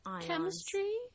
Chemistry